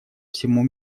всему